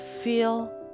feel